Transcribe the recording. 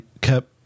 kept